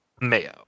Mayo